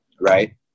right